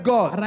God